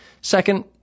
Second